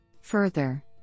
Further